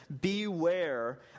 beware